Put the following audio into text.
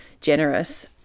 generous